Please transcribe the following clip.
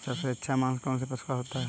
सबसे अच्छा मांस कौनसे पशु का होता है?